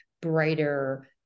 brighter